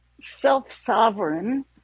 self-sovereign